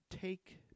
take